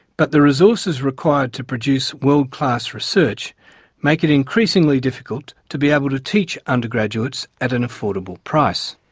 but the resources required to produce world class research make it increasingly difficult to be able to teach undergraduates at an affordable price.